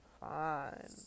fine